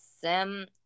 Sam